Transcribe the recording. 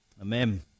Amen